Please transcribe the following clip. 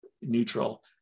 neutral